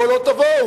פה לא תבואו.